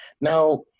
Now